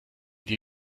dir